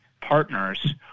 partners